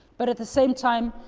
but at the same time,